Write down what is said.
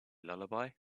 lullaby